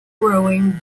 rowing